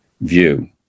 view